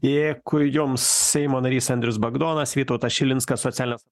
dėkui jums seimo narys andrius bagdonas vytautas šilinskas socialinės